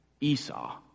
Esau